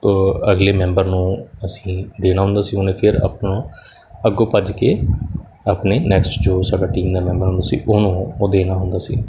ਅਗਲੇ ਮੈਂਬਰ ਨੂੰ ਅਸੀਂ ਦੇਣਾ ਹੁੰਦਾ ਸੀ ਹੁਣ ਫਿਰ ਆਪਾਂ ਨੂੰ ਅੱਗੋਂ ਭੱਜ ਕੇ ਆਪਣੇ ਨੈਕਸਟ ਜੋ ਸਾਡਾ ਟੀਮ ਦਾ ਮੈਂਬਰ ਹੁੰਦਾ ਸੀ ਉਹਨੂੰ ਉਹ ਦੇਣਾ ਹੁੰਦਾ ਸੀ